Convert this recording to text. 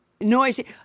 noisy